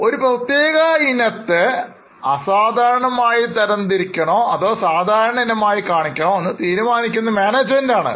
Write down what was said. ഒരു പ്രത്യേക Item ത്തെ അസാധാരണമായി തരംതിരിക്കൽ ആണോ അതോ സാധാരണ ഇനമായി കാണിക്കണോ എന്ന് തീരുമാനിക്കുന്നത് മാനേജ്മെൻറ് ആണ്